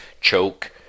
choke